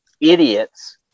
idiots